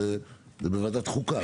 זה בוועדת החוקה,